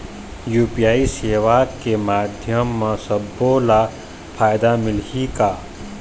UPI सेवा के माध्यम म सब्बो ला फायदा मिलही का?